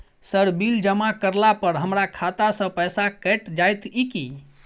Sir bill जमा करला पर हमरा खाता सऽ पैसा कैट जाइत ई की?